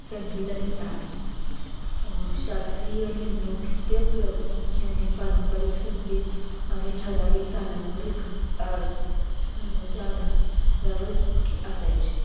संगीत आणि ताल शास्त्रीय आणि लोकनृत्य प्रामुख्याने पारंपरिक संगीत आणि ठराविक तालांवर आ तालांच्या आधा रावर खे असायचे